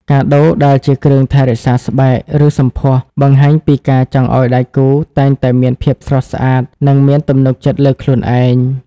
កាដូដែលជាគ្រឿងថែរក្សាស្បែក ឬសម្ផស្ស បង្ហាញពីការចង់ឱ្យដៃគូតែងតែមានភាពស្រស់ស្អាត និងមានទំនុកចិត្តលើខ្លួនឯង។